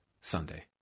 Sunday